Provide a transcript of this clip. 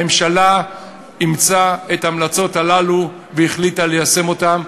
הממשלה אימצה את ההמלצות הללו והחליטה ליישם אותן.